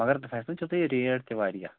مگر تَتھ آسہِ نا تیُتھُے ریٹ تہِ واریاہ